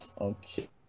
Okay